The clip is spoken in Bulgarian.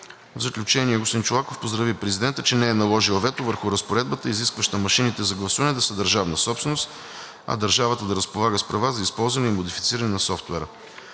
В заключение господин Чолаков поздрави президента, че не е наложил вето върху разпоредбата, изискваща машините за гласуване да са държавна собственост, а държавата да разполага с права за използване и модифициране на софтуера.